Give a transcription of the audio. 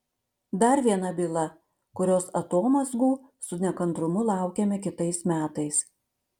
dar viena byla kurios atomazgų su nekantrumu laukiame kitais metais